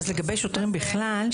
אז לגבי שוטרים בכלל,